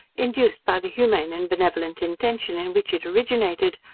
induced by the humane and benevolent intention in which it originated,